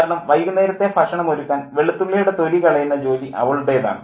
കാരണം വൈകുന്നേരത്തെ ഭക്ഷണമൊരുക്കാൻ വെളുത്തുള്ളിയുടെ തൊലി കളയുന്ന ജോലി അവളുടേതാണ്